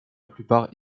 plupart